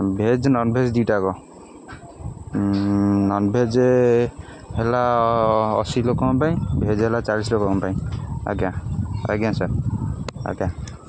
veg nonveg ଦୁଇ'ଟା ଆକ nonveg ହେଲା ଅଶୀ ଲୋକଙ୍କ ପାଇଁ ଭେଜ୍ ହେଲା ଚାଳିଶ୍ ଲୋକଙ୍କ ପାଇଁ ଆଜ୍ଞା ଆଜ୍ଞା ସାର୍ ଆଜ୍ଞା